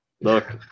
Look